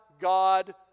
God